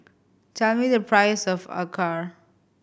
tell me the price of acar